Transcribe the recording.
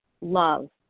Love